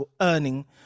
earning